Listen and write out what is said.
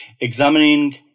examining